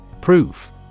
Proof